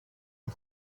and